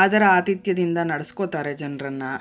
ಆದರ ಆತಿಥ್ಯದಿಂದ ನಡೆಸ್ಕೊತಾರೆ ಜನರನ್ನ